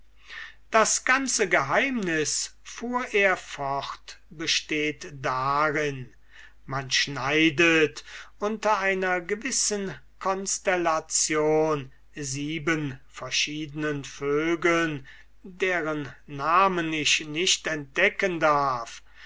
das ganze geheimnis fuhr er fort besteht darin man schneidet unter einer gewissen constellation sieben verschiedenen vögeln deren namen ich nicht entdecken darf